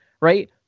right